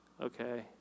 Okay